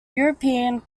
european